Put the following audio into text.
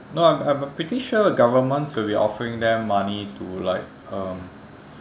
no I'm I'm pretty sure governments will be offering them money to like um